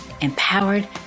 empowered